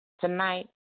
Tonight